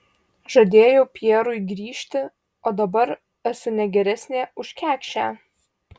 žadėjau pjerui grįžti o dabar esu ne geresnė už kekšę